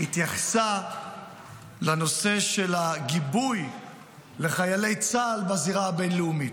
התייחסה לנושא של הגיבוי לחיילי צה"ל בזירה הבין-לאומית.